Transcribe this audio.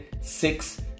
six